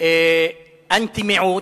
רוב אנטי-מיעוט,